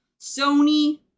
Sony